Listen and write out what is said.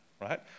right